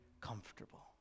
comfortable